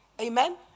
Amen